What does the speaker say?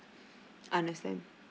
understand